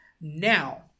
Now